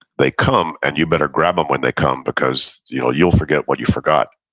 they come and you better grab them when they come, because you'll you'll forget what you forgot